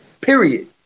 period